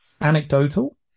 anecdotal